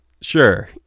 Sure